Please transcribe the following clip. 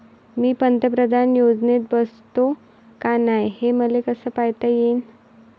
मी पंतप्रधान योजनेत बसतो का नाय, हे मले कस पायता येईन?